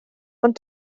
ond